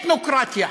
אתנוקרטיה.